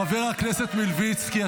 חבר הכנסת מלביצקי,